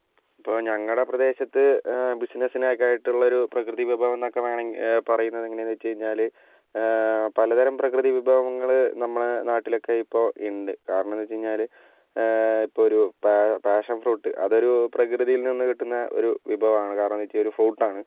ഇപ്പോൾ ഞങ്ങളുടെ പ്രദേശത്ത് ബിസിനസ്സിനൊക്കെയായിട്ടുള്ളൊരു പ്രകൃതി വിഭവം എന്നൊക്കെ വേണമെങ്കിൽ പറയുന്നതെങ്ങനെയെന്ന് വെച്ച് കഴിഞ്ഞാൽ പലതരം പ്രകൃതി വിഭവങ്ങൾ നമ്മുടെ നാട്ടിലൊക്കെ ഇപ്പോൾ ഉണ്ട് കാരണം എന്താണെന്ന് വെച്ച് കഴിഞ്ഞാൽ ഇപ്പോഴൊരു പാ പാഷൻ ഫ്രൂട്ട് അതൊരു പ്രകൃതിയിൽ നിന്ന് കിട്ടുന്ന ഒരു വിഭവമാണ് കാരണം എന്താണെന്ന് വെച്ചാൽ ഒരു ഫ്രൂട്ടാണ്